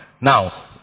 Now